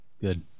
Good